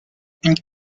une